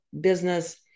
business